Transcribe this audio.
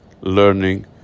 learning